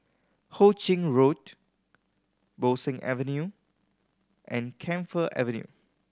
Ho Ching Road Bo Seng Avenue and Camphor Avenue